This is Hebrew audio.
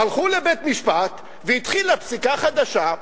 הלכו לבית-משפט והתחילה פסיקה חדשה,